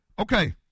Okay